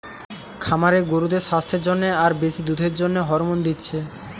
খামারে গরুদের সাস্থের জন্যে আর বেশি দুধের জন্যে হরমোন দিচ্ছে